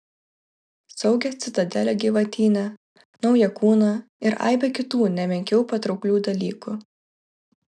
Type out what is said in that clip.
saugią citadelę gyvatyne naują kūną ir aibę kitų ne menkiau patrauklių dalykų